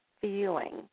feeling